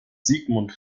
sigmund